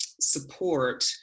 support